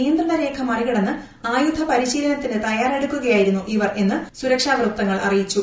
നിയന്ത്രണ രേഖ മറികടന്ന് ആയുധപരിശീലനത്തിന് തയ്യാറെടുക്കുകയായിരുന്നു ഇവരെന്ന് സുരക്ഷാ വൃത്തങ്ങൾ അറിയിച്ചു